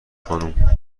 خانم